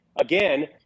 again